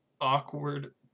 awkward